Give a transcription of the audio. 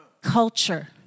culture